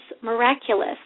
miraculous